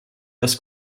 das